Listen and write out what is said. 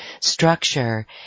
structure